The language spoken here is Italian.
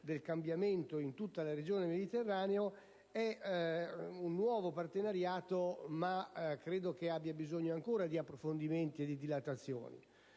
del cambiamento in tutta la regione del Mediterraneo, è un nuovo partenariato, che però ha bisogno ancora di approfondimenti e di dilatazioni.